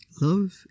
love